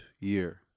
year